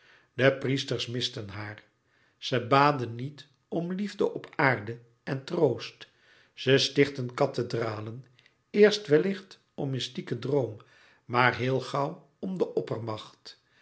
de priesters misten haar ze baden niet om liefde op aarde en troost ze stichtten kathedralen eerst wellicht om mystieken droom maar heel gauw om de oppermacht